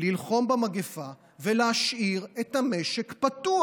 ללחום במגפה ולהשאיר את המשק פתוח.